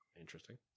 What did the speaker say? Interesting